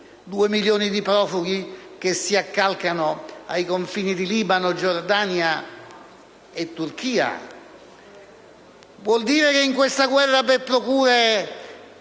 (2 milioni di profughi che si accalcano ai confini di Libano, Giordania e Turchia), allora vuol dire che in questa guerra per procura